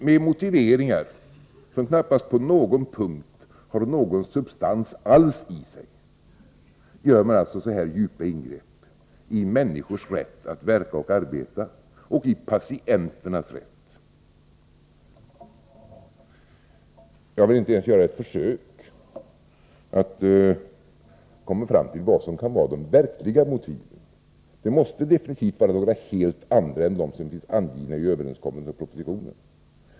Med motiveringar som knappast på någon punkt har någon substans alls gör man så här djupa ingrepp i människors rätt att verka och arbeta och i patienternas rätt. Jag vill inte ens göra ett försök att komma fram till vad som kan vara de verkliga motiven. Det måste definitivt vara några helt andra än de som finns angivna i propositionen.